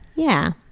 yeah.